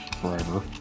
forever